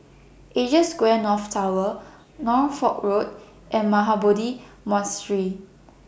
Asia Square North Tower Norfolk Road and Mahabodhi Monastery